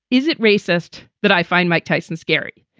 is it racist? that i find mike tyson scary.